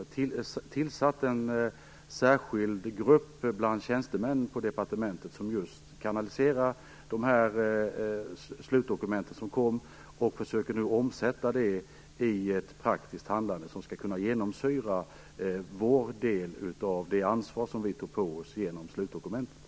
Vi har tillsatt en särskild grupp bland tjänstemännen på departementet som just kanaliserar slutdokumentet och försöker omsätta det i ett praktiskt handlande som skall kunna genomsyra vår del av det ansvar vi tog på oss genom slutdokumentet.